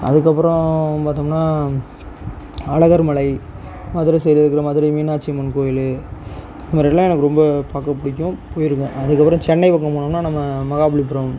அதற்கப்பறம் பார்த்தோம்ன்னா அழகர் மலை மதுரை சைடு இருக்கிற மதுரை மீனாட்சி அம்மன் கோயில் அந்த மாரி இடம்லாம் எனக்கு ரொம்ப பார்க்க பிடிக்கும் போயிருக்கேன் அதற்கப்பறம் சென்னை பக்கம் போனோம்ன்னா நம்ம மகாபலிபுரம்